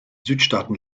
südstaaten